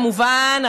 כמובן,